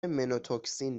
مِنوتوکسین